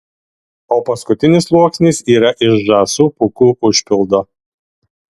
o paskutinis sluoksnis yra iš žąsų pūkų užpildo